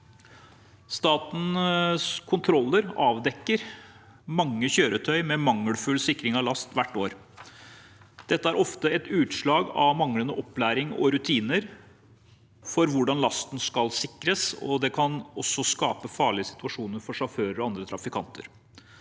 Statens kontroller avdekker mange kjøretøy med mangelfull sikring av last hvert år. Dette er ofte et utslag av manglende opplæring eller rutiner for hvordan lasten skal sikres, og det kan også skape farlige situasjoner for sjåføren og andre trafikanter.